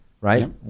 right